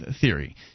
theory